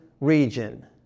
region